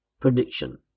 Prediction